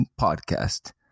Podcast